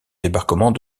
débarquement